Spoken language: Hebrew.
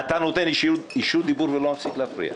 אתה נותן אישור דיבור ולא מפסיק להפריע.